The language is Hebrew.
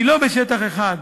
שהיא לא בשטח אחד,